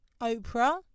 Oprah